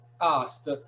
asked